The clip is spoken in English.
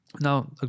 Now